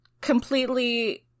completely